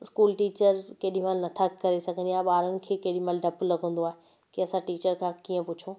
school teacher केॾी महिल नथा करे सघनि या ॿारनि खे केॾी महिल डपु लॻंदो आहे की असां टीचर खां असां कीअं पुछू